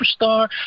superstar